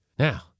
Now